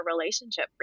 relationship